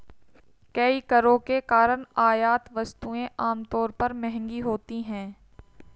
कई करों के कारण आयात वस्तुएं आमतौर पर महंगी होती हैं